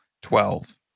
twelve